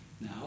now